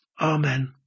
amen